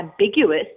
ambiguous